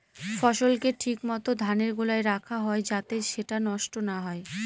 ফসলকে ঠিক মত ধানের গোলায় রাখা হয় যাতে সেটা নষ্ট না হয়